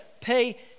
pay